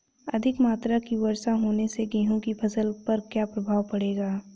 अधिक मात्रा की वर्षा होने से गेहूँ की फसल पर क्या प्रभाव पड़ेगा?